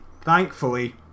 thankfully